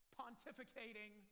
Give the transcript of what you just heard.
pontificating